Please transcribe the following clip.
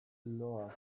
loa